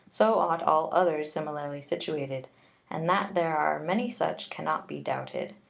so ought all others similarly situated and that there are many such can not be doubted.